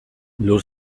lur